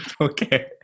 Okay